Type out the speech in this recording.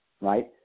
right